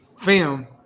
film